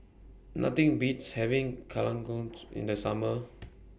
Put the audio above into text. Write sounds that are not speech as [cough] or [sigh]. Nothing Beats having [unintelligible] in The Summer [noise]